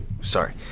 sorry